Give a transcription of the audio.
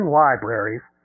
libraries